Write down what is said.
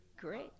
great